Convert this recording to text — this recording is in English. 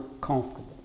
comfortable